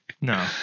No